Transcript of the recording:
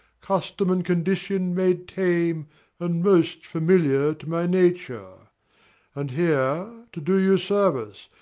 custom, and condition, made tame and most familiar to my nature and here, to do you service,